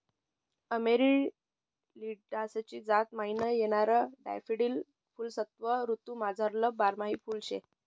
Amaryllidaceae जात म्हाईन येणारं डैफोडील फुल्वसंत ऋतूमझारलं बारमाही फुल शे